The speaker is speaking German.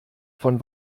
von